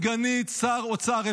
סגנית שר אוצר,